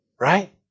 right